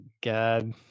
god